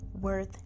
worth